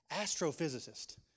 astrophysicist